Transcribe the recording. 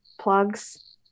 plugs